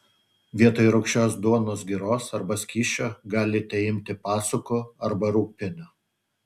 vietoj rūgščios duonos giros arba skysčio galite imti pasukų arba rūgpienio